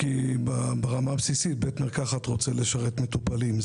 כי ברמה הבסיסית בית מרקחת רוצה לשרת מטופלים.